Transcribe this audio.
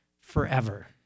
forever